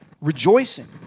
rejoicing